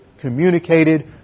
communicated